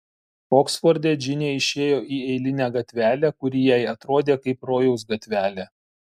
oksforde džinė išėjo į eilinę gatvelę kuri jai atrodė kaip rojaus gatvelė